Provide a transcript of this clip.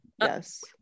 Yes